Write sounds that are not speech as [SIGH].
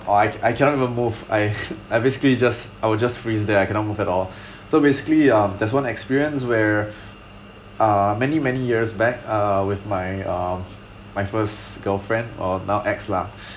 oh I I cannot even move I [LAUGHS] I basically just I will just freeze there I cannot move at all so basically um there's one experience where uh many many years back uh with my uh my first girlfriend or now ex lah